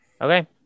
Okay